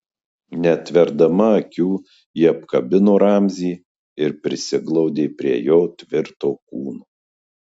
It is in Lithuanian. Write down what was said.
neatverdama akių ji apkabino ramzį ir prisiglaudė prie jo tvirto kūno